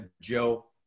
Joe